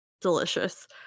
delicious